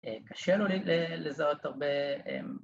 קשה לו לזהות הרבה